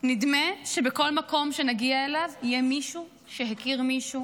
נדמה שבכל מקום שנגיע אליו יהיה מישהו שהכיר מישהו